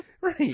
Right